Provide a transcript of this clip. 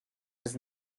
was